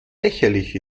lächerlich